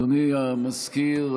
אדוני המזכיר,